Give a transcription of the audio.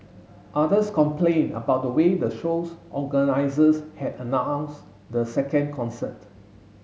others complained about the way the show's organisers had announced the second concert